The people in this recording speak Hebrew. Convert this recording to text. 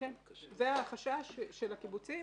זה החשש של הקיבוצים.